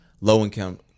low-income